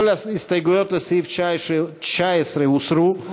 כל ההסתייגויות לסעיף 19 הוסרו,